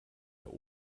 der